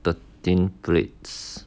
thirteen plates